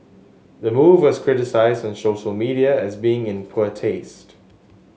the move was criticised on social media as being in poor taste